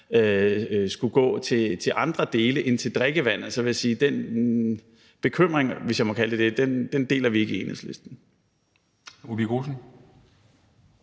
skulle gå til andre dele end til drikkevand, så vil jeg sige, at den bekymring, hvis jeg må kalde det det, deler vi ikke i Enhedslisten.